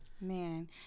Man